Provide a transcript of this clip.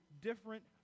different